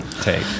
take